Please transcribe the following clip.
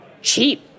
Cheap